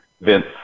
Vince